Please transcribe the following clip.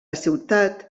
ciutat